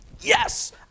Yes